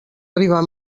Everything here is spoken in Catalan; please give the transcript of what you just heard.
arribar